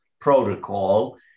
protocol